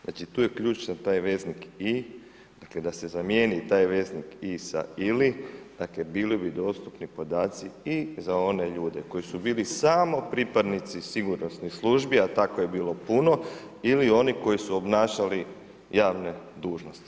Znači, tu je ključan taj veznik „i“, dakle da se zamijeni taj veznik „i“ sa ili, dakle bili bi dostupni podaci i za one ljude koji su bili samo pripadnici sigurnosnih službi, a takvih je bilo puno ili oni koji su obnašali javne dužnosti.